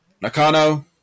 Nakano